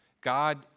God